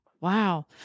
Wow